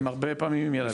הם הרבה פעמים עם ילדים.